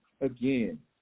again